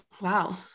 wow